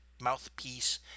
mouthpiece